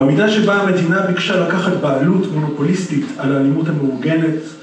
במידה שבה המדינה ביקשה לקחת בעלות מונופוליסטית על האלימות המאורגנת